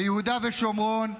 ביהודה ושומרון,